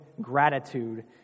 gratitude